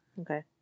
Okay